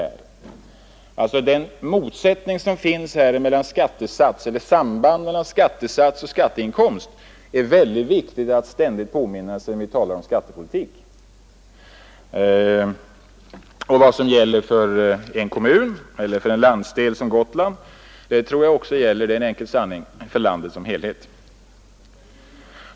När man talar om skattepolitik, är det mycket viktigt att påminna sig det samband som finns mellan skattesats och skatteinkomst. Vad som gäller för en landsdel som Gotland gäller också för landet som helhet. Det tror jag är en enkel sanning.